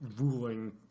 ruling